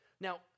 Now